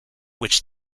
which